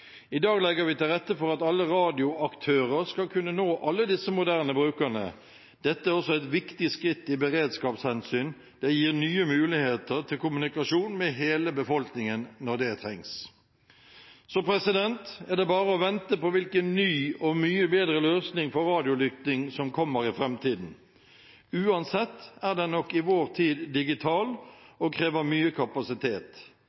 I dag legger vi til rette for at alle radioaktører skal kunne nå alle disse moderne brukerne. Dette er også et viktig skritt ut fra beredskapshensyn. Det gir nye muligheter til kommunikasjon med hele befolkningen når det trengs. Så er det bare å vente på hvilken ny og mye bedre løsning for radiolytting som kommer i framtiden. Uansett er den nok i vår tid digital og krever mye kapasitet.